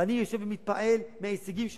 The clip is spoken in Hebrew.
ואני יושב ומתפעל מההישגים שלהם,